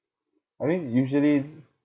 I mean usually